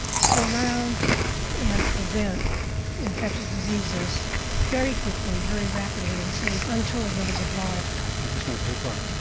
surround and prevent infectious diseases very quickly, very rapidly and save untold numbers of lives. and who's going to pay for it?